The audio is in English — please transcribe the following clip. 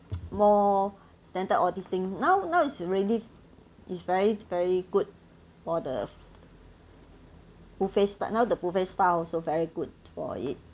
more standard all these thing now now it's already is very very good for the buffet style now the buffet style also very good for it